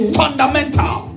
fundamental